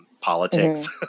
politics